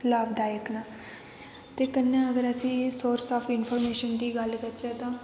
लाभदायक न ते कन्नै अगर अस सोर्स ऑफ इन्फार्मेशन दी गल्ल करचै